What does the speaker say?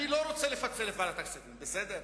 אני לא רוצה לפצל את ועדת הכספים, בסדר?